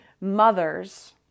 mothers